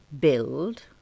build